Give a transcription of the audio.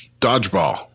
dodgeball